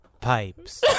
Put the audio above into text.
pipes